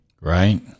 Right